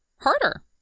harder